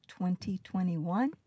2021